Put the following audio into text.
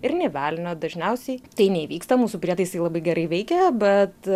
ir nė velnio dažniausiai tai neįvyksta mūsų prietaisai labai gerai veikia bet